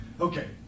Okay